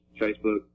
Facebook